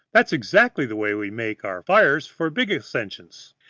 that's exactly the way we make our fires for big ascensions.